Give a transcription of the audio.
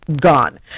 gone